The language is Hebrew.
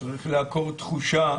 "צריך לעקור תחושה"